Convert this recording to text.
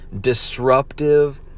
disruptive